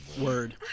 Word